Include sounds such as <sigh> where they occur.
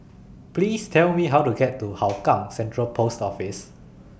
Please Tell Me How to get to <noise> Hougang Central Post Office